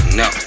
no